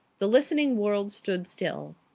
the listening world stood still.